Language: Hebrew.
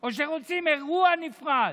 או שרוצים אירוע נפרד,